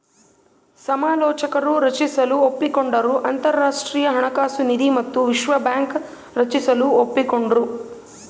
ಸಮಾಲೋಚಕರು ರಚಿಸಲು ಒಪ್ಪಿಕೊಂಡರು ಅಂತರಾಷ್ಟ್ರೀಯ ಹಣಕಾಸು ನಿಧಿ ಮತ್ತು ವಿಶ್ವ ಬ್ಯಾಂಕ್ ರಚಿಸಲು ಒಪ್ಪಿಕೊಂಡ್ರು